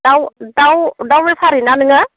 दाउ दाउ दाउ बेफारि ना नोङो